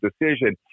decision